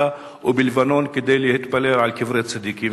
ובלבנון כדי להתפלל על קברי צדיקים.